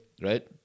right